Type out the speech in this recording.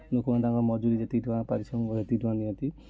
ଲୋକ ମାନେ ତାଙ୍କ ମଜୁରୀ ଯେତିକି ଟଙ୍କା ପାରିଶ୍ରମିକ ଯେତିକି ଟଙ୍କା ନିଅନ୍ତି